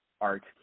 art